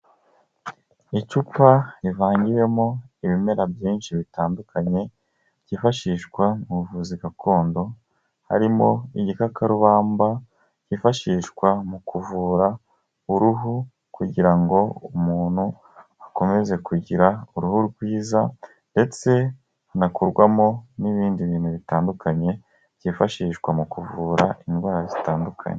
Icupa rivangiwemo ibimera byinshi bitandukanye, byifashishwa mu buvuzi gakondo harimo, igikakarubamba cyifashishwa mu kuvura uruhu kugira ngo, umuntu akomeze kugira uruhu rwiza ndetse, hanakorwamo n'ibindi bintu bitandukanye byifashishwa mu kuvura indwara zitandukanye.